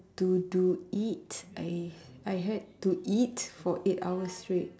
to to it I I heard to eat for eight hours straight